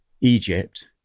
Egypt